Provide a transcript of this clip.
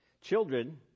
Children